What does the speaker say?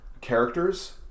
characters